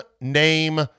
name